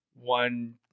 One